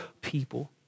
people